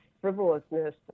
frivolousness